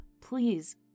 please